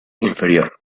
inferior